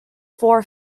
four